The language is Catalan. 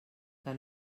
que